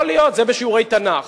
יכול להיות, זה בשיעורי תנ"ך,